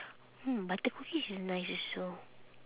mm butter cookies is nice also